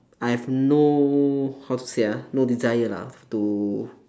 I have no how to say ah no desire lah to